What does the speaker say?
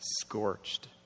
scorched